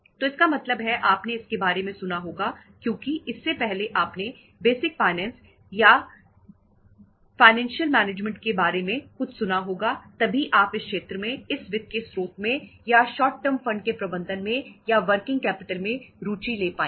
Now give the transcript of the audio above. तो इसका मतलब है आपने इसके बारे में सुना होगा क्योंकि इससे पहले आपने बेसिक फाइनेंस के बारे में कुछ सुना होगा तभी आप इस क्षेत्र में इस वित्त के स्रोत में या शॉर्ट टर्म फंड के प्रबंधन में या वर्किंग कैपिटल में रुचि ले पाएंगे